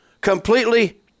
Completely